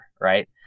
right